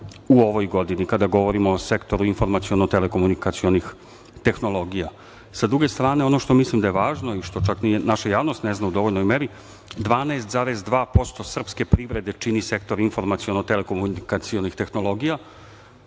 u ovoj godini, kada govorimo o sektoru informaciono-telekomunikacionih tehnologija.S druge strane, ono što mislim da je važno i što čak naša javnost ne zna u dovoljnoj meri, 12,2% srpske privrede čini sektor informaciono-telekomunikacionih tehnologija.